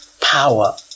power